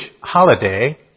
holiday